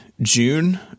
June